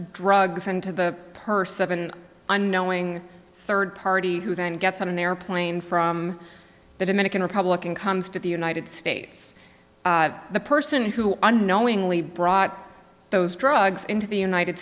drugs into the purse of an unknowing third party who then gets on an airplane from the dominican republic and comes to the united states the person who unknowingly brought those drugs into the united